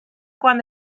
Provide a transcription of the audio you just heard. quan